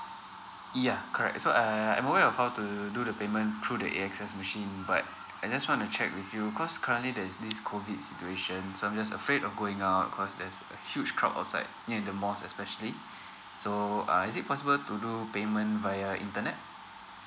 yea correct so uh I'm aware of how to do the payment through the AXS machine but I just want to check with you cause currently there's this COVID situation so I'm just afraid of going out cause there's a huge crowd outside near the mosque especially so uh is it possible to do payment via internet